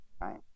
right